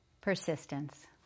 Persistence